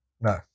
No